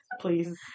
Please